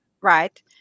right